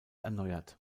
erneuert